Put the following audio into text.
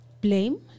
blame